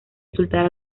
insultar